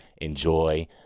enjoy